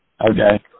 Okay